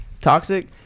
toxic